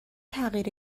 تغییر